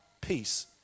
peace